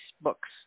books